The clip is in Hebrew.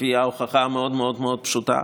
לפי ההוכחה המאוד מאוד מאוד פשוטה.